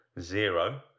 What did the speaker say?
zero